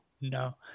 no